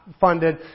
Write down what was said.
funded